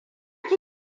ki